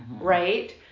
right